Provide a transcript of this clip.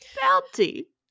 Bounty